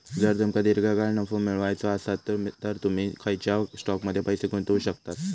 जर तुमका दीर्घकाळ नफो मिळवायचो आसात तर तुम्ही खंयच्याव स्टॉकमध्ये पैसे गुंतवू शकतास